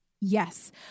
Yes